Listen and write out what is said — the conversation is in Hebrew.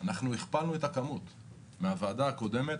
הכפלנו את הכמות מאז הייתה הוועדה הקודמת,